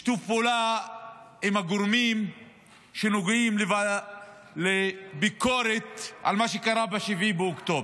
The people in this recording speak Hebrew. בשיתוף פעולה עם הגורמים שנוגעים לביקורת על מה שקרה ב-7 באוקטובר,